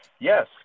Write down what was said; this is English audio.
Yes